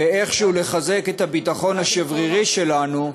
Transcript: ואיכשהו לחזק את הביטחון השברירי שלנו,